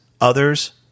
Others